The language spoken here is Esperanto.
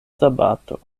sabato